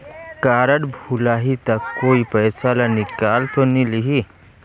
Card भुलाही ता कोई पईसा ला निकाल तो नि लेही?